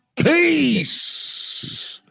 Peace